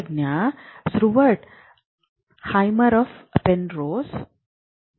Stuart Hameroff Penrose ಮತ್ತು ಮೈಕ್ರೊಟ್ಯೂಬ್ಯೂಲ್ಗಳನ್ನು ವಿವರಿಸಿದ್ದಾರೆ